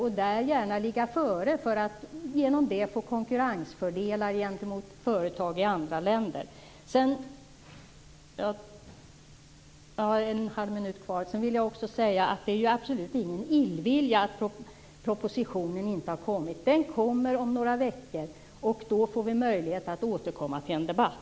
Sverige skall helst ligga före och därigenom få konkurrensfördelar gentemot företag i andra länder. Det är absolut inte fråga om någon illvilja att propositionen inte har lagts fram. Den läggs fram om några veckor, och då får vi möjlighet att återkomma i en debatt.